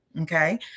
Okay